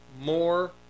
more